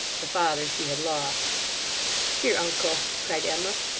the father she had lost dear uncle cried emma,